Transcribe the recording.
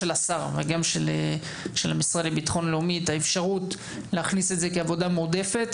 השר וגם של המשרד לביטחון לאומי ואת האפשרות להכניס את זה כעבודה מועדפת